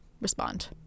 respond